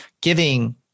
giving